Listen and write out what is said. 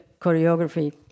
choreography